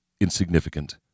insignificant